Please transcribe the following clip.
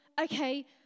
okay